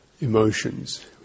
emotions